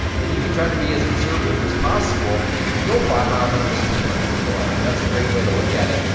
and you can try to be as conservative as possible, you can go five miles under the speed limit. so i mean, that's a great way to look at it.